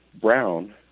brown